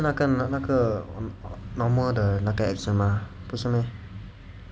那个那那个 normal 的那个 accent mah 不是 meh